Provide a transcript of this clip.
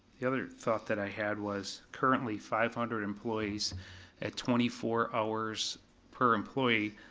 the other thought that i had was currently, five hundred employees at twenty four hours per employee,